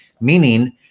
meaning